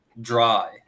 dry